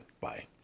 Bye